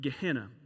Gehenna